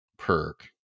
perk